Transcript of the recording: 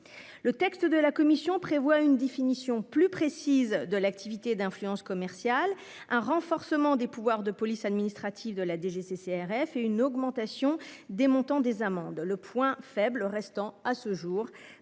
Le texte de la Commission prévoit une définition plus précise de l'activité d'influence commerciale, un renforcement des pouvoirs de police administrative de la DGCCRF et une augmentation des montants des amendes. Le point faible restant à ce jour.